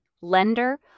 lender